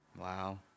Wow